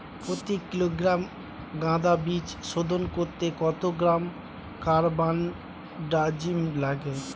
প্রতি কিলোগ্রাম গাঁদা বীজ শোধন করতে কত গ্রাম কারবানডাজিম লাগে?